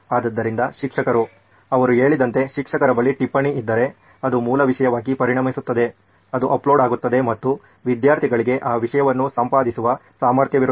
ಆದ್ದರಿಂದ ಶಿಕ್ಷಕರು ಅವರು ಹೇಳಿದಂತೆ ಶಿಕ್ಷಕರ ಬಳಿ ಟಿಪ್ಪಣಿ ಇದ್ದರೆ ಅದು ಮೂಲ ವಿಷಯವಾಗಿ ಪರಿಣಮಿಸುತ್ತದೆ ಅದು ಅಪ್ಲೋಡ್ ಆಗುತ್ತದೆ ಮತ್ತು ವಿದ್ಯಾರ್ಥಿಗಳಿಗೆ ಆ ವಿಷಯವನ್ನು ಸಂಪಾದಿಸುವ ಸಾಮರ್ಥ್ಯವಿರುತ್ತದೆ